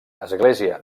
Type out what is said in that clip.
església